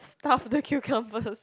stuff the cucumbers